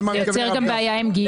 זה יוצר גם בעיה עם גיור.